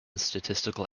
statistical